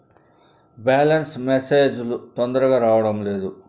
Balance message లు తొందరగా రావడం లేదు?